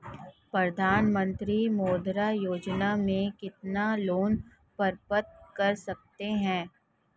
प्रधानमंत्री मुद्रा योजना में कितना लोंन प्राप्त कर सकते हैं?